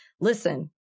listen